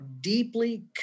deeply